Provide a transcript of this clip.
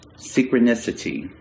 Synchronicity